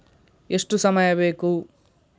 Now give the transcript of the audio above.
ಎಷ್ಟು ಸಮಯ ಬೇಕು?